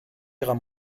ihrer